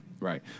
Right